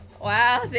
wow